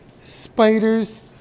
spiders